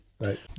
Right